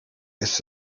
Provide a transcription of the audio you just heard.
ist